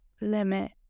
limit